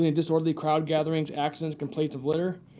ah disorderly crowd gatherings, accidents, complaints of litter.